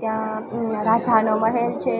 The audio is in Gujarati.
ત્યાં રાજાનો મહેલ છે